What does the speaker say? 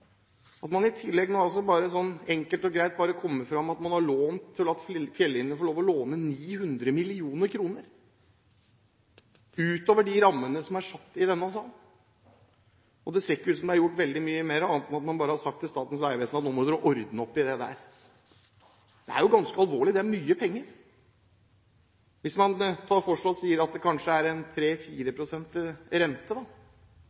at man har latt Fjellinjen fått lov til å låne 900 mill. kr utover de rammene som er satt i denne sal. Det ser ikke ut til at det har medført veldig mye annet enn at man har sagt til Statens vegvesen at de nå må ordne opp i dette. Det er ganske alvorlig, det er mye penger. Hvis man da sier at det kanskje er